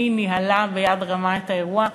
שניהלה ביד רמה את האירוע.